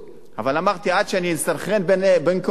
אבל אמרתי: עד שאני אסנכרן בין כל אלה,